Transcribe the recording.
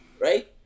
right